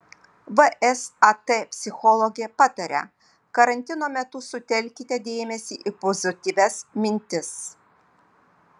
vsat psichologė pataria karantino metu sutelkite dėmesį į pozityvias mintis